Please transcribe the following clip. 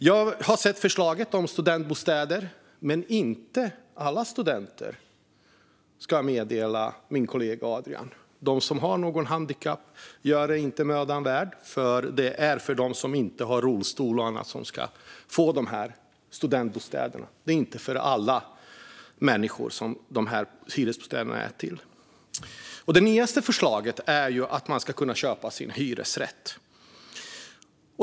Jag har sett förslaget om studentbostäder. Men det gäller inte alla studenter, kan jag meddela min kollega Adrian. De som har något handikapp behöver inte göra sig besvär. Det är inte mödan värt, för de här studentbostäderna är till för dem som inte har rullstol och annat. Det är de som ska få dessa bostäder; de är inte till för alla människor. Det nyaste förslaget är att man ska kunna köpa sin hyresrätt.